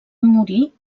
morir